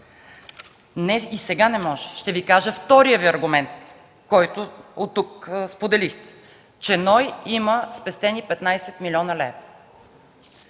Не, и сега не може. Ще Ви кажа по втория аргумент, който оттук споделихте – че НОИ има спестени 15 млн. лв.